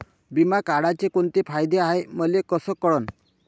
बिमा काढाचे कोंते फायदे हाय मले कस कळन?